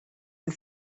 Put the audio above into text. and